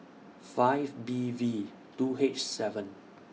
five B V two H seven